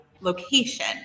location